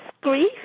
grief